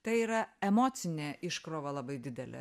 tai yra emocinė iškrova labai didelė